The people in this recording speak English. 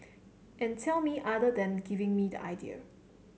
and tell me other than giving me the idea